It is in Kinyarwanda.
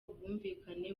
ubwumvikane